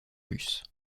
russe